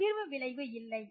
அதிர்வு விளைவு இல்லை